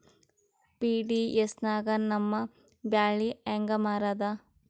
PDS ನಾಗ ನಮ್ಮ ಬ್ಯಾಳಿ ಹೆಂಗ ಮಾರದ?